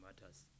matters